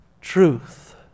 truth